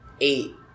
eight